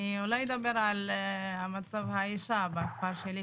אולי אדבר על מצב האישה בכפר שלי,